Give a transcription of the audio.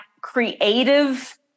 creative